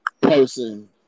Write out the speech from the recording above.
person